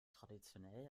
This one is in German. traditionell